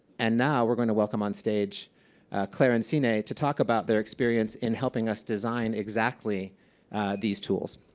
and now we're going to welcome on stage claire and signe to talk about their experience in helping us design exactly these tools.